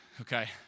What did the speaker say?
okay